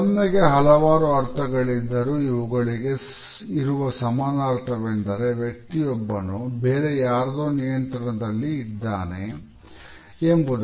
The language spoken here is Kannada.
ಸನ್ನೆಗೆ ಹಲವಾರು ಅರ್ಥಗಳಿದ್ದರೂ ಇವುಗಳಿಗೆ ಇರುವ ಸಮಾನಾರ್ಥವೆಂದರೆ ವ್ಯಕ್ತಿಯೊಬ್ಬನು ಬೇರೆ ಯಾರದೋ ನಿಯಂತ್ರಣದಲ್ಲಿ ಇದ್ದಾನೆ ಎಂಬುದು